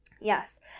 Yes